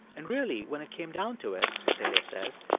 and really, when it came down to it, athalia says,